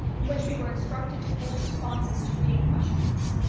in which we were instructed to post responses to reading questions.